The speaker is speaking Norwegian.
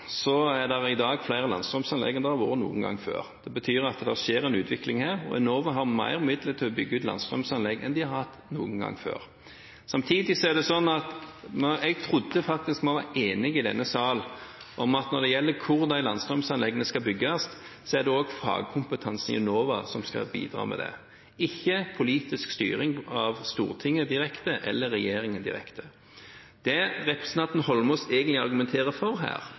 er det i dag flere landstrømanlegg enn det har vært noen gang før. Det betyr at det skjer en utvikling her, og Enova har flere midler til å bygge ut landstrømanlegg enn de har hatt noen gang før. Samtidig er det sånn at jeg faktisk trodde vi var enige i denne sal om at når det gjelder hvor landstrømanleggene skal bygges, er det fagkompetansen i Enova som skal bidra med det, ikke etter politisk styring fra Stortinget direkte eller fra regjeringen direkte. Det representanten Eidsvoll Holmås egentlig argumenterer for